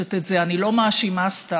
מנחשת את זה, אני לא מאשימה סתם,